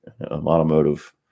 automotive